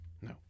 No